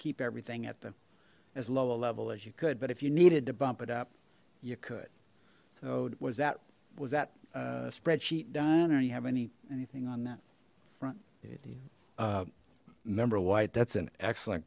keep everything at the as lower level as you could but if you needed to bump it up you could so was that was that a spreadsheet done or you have any anything on that front number white that's an excellent